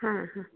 ಹಾಂ ಹಾಂ